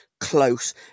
close